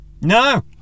No